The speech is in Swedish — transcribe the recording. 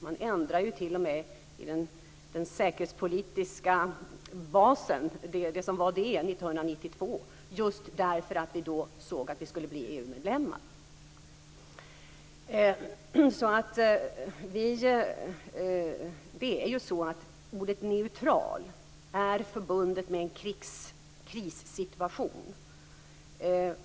Man ändrade t.o.m. i det som var den säkerhetspolitiska basen 1992 just för att vi då såg att vi skulle bli EU-medlemmar. Det är ju så att ordet "neutral" är förbundet med en krissituation.